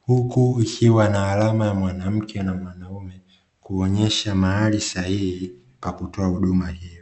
huku ikiwa na alama ya mwanamke na mwanaume kuonyesha mahali sahihi pa kutoa huduma hiyo.